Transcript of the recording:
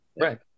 Right